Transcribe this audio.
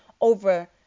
over